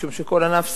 משום שכל ענף ספורט,